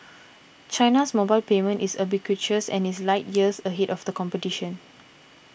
China's mobile payment is ubiquitous and is light years ahead of the competition